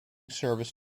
service